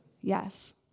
Yes